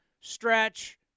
stretch